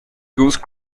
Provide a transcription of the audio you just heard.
goose